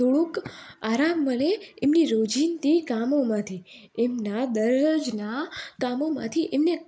થોડુંક આરામ મળે એમને રોજિંદી કામોમાંથી એમના દરરોજના કામોમાંથી એમને